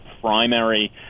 primary